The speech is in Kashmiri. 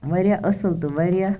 واریاہ اصٕل تہٕ واریاہ